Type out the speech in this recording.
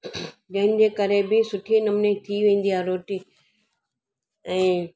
जंहिंजे करे बि सुठे नमूने थी वेंदी आहे रोटी ऐं